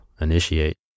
initiate